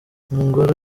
ingoro